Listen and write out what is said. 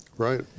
right